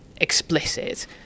explicit